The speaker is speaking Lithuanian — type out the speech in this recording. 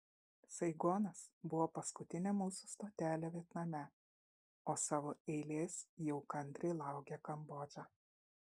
saigonas buvo paskutinė mūsų stotelė vietname o savo eilės jau kantriai laukė kambodža